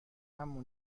امر